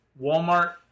Walmart